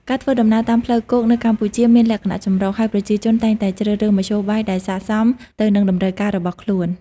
ការធ្វើដំណើរតាមផ្លូវគោកនៅកម្ពុជាមានលក្ខណៈចម្រុះ ហើយប្រជាជនតែងតែជ្រើសរើសមធ្យោបាយដែលស័ក្តិសមទៅនឹងតម្រូវការរបស់ខ្លួន។